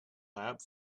lab